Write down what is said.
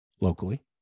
locally